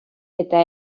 eta